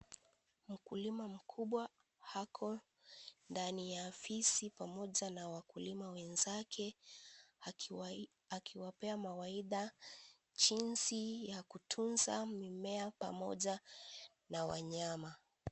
Mkulima mkubwa ako ndani ya ofisi pamoja na wakulima wenzake akiwapea mawaidha jinsi ya kutunza mimea pamoja na wanyama.